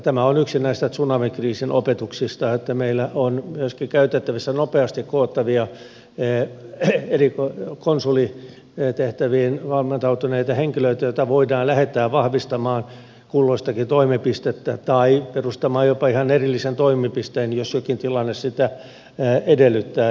tämä on yksi näistä tsunamikriisin opetuksista että meillä on myöskin käytettävissä nopeasti koottavia konsulitehtäviin valmentautuneita henkilöitä joita voidaan lähettää vahvistamaan kulloistakin toimipistettä tai perustamaan jopa ihan erillisen toimipisteen jos jokin tilanne sitä edellyttää